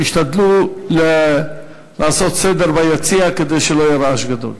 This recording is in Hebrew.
תשתדלו לעשות סדר ביציע כדי שלא יהיה רעש גדול.